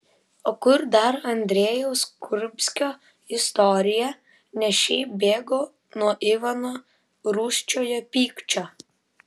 o kur dar andrejaus kurbskio istorija ne šiaip bėgo nuo ivano rūsčiojo pykčio